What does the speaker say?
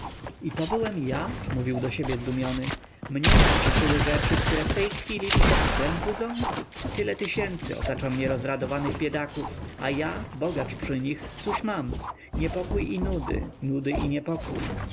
i to ja byłem ja mówił do siebie zdumiony mnie tak cieszyły rzeczy które w tej chwili tylko wstręt budzą tyle tysięcy otacza mnie rozradowanych biedaków a ja bogacz przy nich cóż mam niepokój i nudy nudy i niepokój